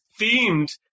themed